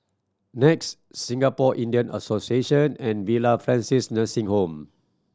NEX Singapore Indian Association and Villa Francis Nursing Home